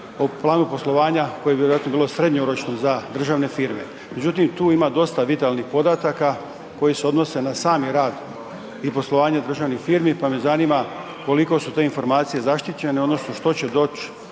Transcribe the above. o planu poslovanja koje bi vjerojatno bilo srednjoročno za državne firme. Međutim, tu ima dosta vitalnih podataka koji se odnose na sami radi i poslovanje državnih firmi, pa me zanima koliko su te informacije zaštićene odnosno što će doći